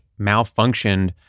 malfunctioned